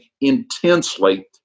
intensely